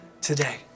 today